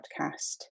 podcast